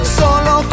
solo